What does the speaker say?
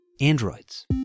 androids